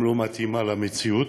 וגם לא מתאימה למציאות,